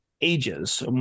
ages